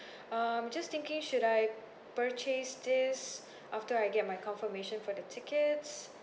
um just thinking should I purchase this after I get my confirmation for the tickets